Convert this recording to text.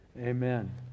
amen